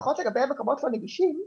לפחות לגבי המקומות הנגישים,